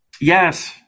Yes